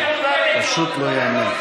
פשוט לא ייאמן.